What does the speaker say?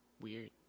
Weird